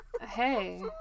Hey